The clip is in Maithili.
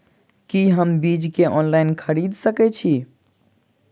की हम बीज केँ ऑनलाइन खरीदै सकैत छी?